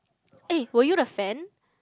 eh were you the fan